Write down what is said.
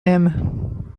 him